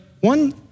one